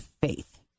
faith